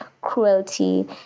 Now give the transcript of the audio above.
cruelty